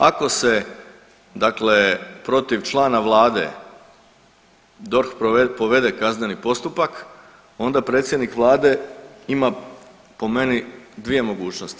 Ako se dakle protiv člana vlade DORH povede kazneni postupak onda predsjednik vlade ima po meni dvije mogućnosti.